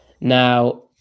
Now